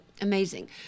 amazing